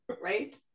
Right